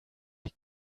die